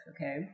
Okay